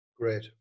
Great